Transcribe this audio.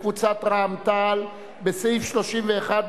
קבוצת רע"ם-תע"ל בהסתייגות 31,